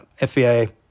FBI